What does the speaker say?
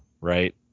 Right